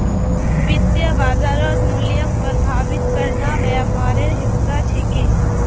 वित्तीय बाजारत मूल्यक प्रभावित करना व्यापारेर हिस्सा छिके